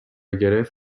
گرفت